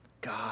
God